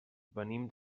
venim